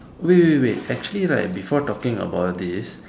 wait wait wait actually right before talking about this